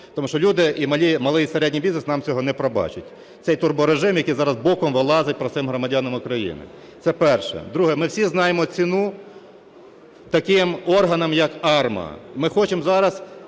Тому що люди і малий і середній бізнес нам цього не пробачать, цей турборежим, який зараз боком вилазить простим громадянам України. Це перше. Друге. Ми всі знаємо ціну таким органам, як АРМА. Ми хочемо зараз